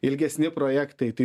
ilgesni projektai tai